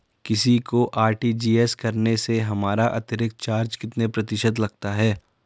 किसी को आर.टी.जी.एस करने से हमारा अतिरिक्त चार्ज कितने प्रतिशत लगता है?